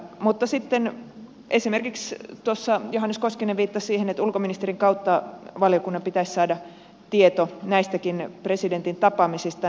mutta sitten tuossa johannes koskinen viittasi esimerkiksi siihen että ulkoministerin kautta valiokunnan pitäisi saada tieto näistäkin presidentin tapaamisista